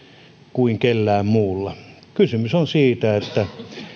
kuin kellään muulla kysymys on siitä että